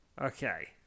Okay